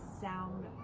sound